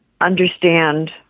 understand